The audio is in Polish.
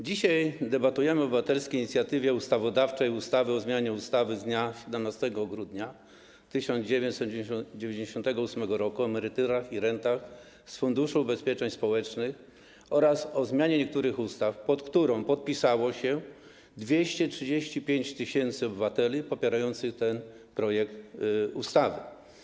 Dzisiaj debatujemy o obywatelskiej inicjatywie ustawodawczej dotyczącej ustawy o zmianie ustawy z dnia 17 grudnia 1998 r. o emeryturach i rentach z Funduszu Ubezpieczeń Społecznych oraz o zmianie niektórych ustaw, pod którą podpisało się 235 tys. obywateli popierających ten projekt ustawy.